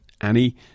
Annie